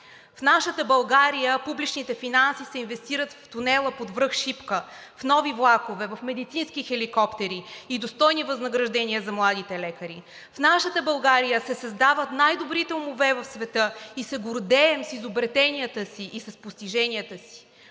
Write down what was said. В нашата България публичните финанси се инвестират в тунела под връх Шипка, в нови влакове, в медицински хеликоптери и достойни възнаграждения за младите лекари. В нашата България се създават най-добрите умове в света и се гордеем с изобретенията си и с постиженията си.